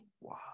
Wow